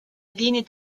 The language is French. ligne